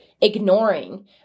ignoring